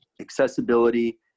accessibility